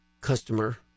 customer